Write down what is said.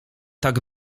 tak